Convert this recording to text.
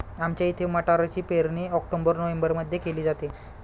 आमच्या इथे मटारची पेरणी ऑक्टोबर नोव्हेंबरमध्ये केली जाते